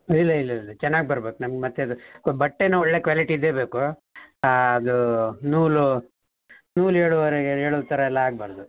ಇಲ್ಲ ಇಲ್ಲ ಇಲ್ಲ ಚೆನ್ನಾಗಿ ಬರ್ಬೇಕು ನಮ್ಗೆ ಮತ್ತು ಅದು ಸೊ ಬಟ್ಟೆನು ಒಳ್ಳೆಯ ಕ್ವಾಲಿಟಿದೆ ಬೇಕು ಆ ಅದು ನೂಲು ನೂಲು ಏಳುವರೆಗೆ ಏಳುಥರ ಎಲ್ಲ ಆಗ್ಬಾರದು